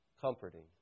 comforting